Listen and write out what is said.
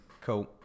Cool